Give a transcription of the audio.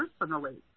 personally